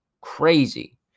Crazy